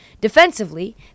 Defensively